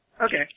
Okay